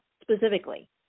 specifically